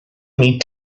meet